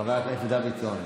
חבר הכנסת דוידסון.